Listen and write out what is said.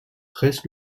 reste